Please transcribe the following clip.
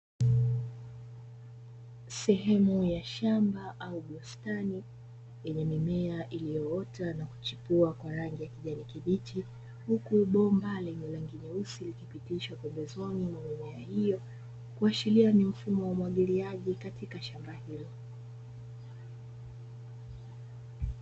Sehemu ya shamba au bustani ina mimea iliyoota na kuchipua kwa rangi ya kijani kibichi, huku bomba lenye rangi nyeusi likipitishwa pembezoni mwa mimea hiyo, kuashiria ni mfumo wa umwagiliaji katika shamba hilo.